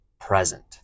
present